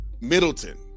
Middleton